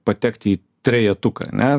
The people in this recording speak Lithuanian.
patekti į trejetuką ane